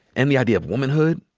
and the idea of womanhood,